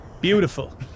Beautiful